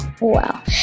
Wow